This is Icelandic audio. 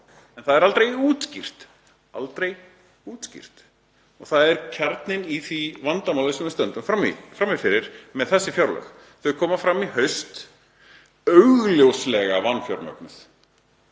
en það er aldrei útskýrt — aldrei útskýrt. Það er kjarninn í því vandamáli sem við stöndum frammi fyrir með þessi fjárlög. Þau koma fram í haust, augljóslega vanfjármögnuð,